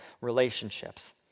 Relationships